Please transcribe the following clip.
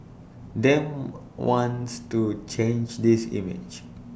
Dem wants to change this image